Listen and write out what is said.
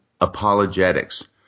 apologetics